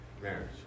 marriage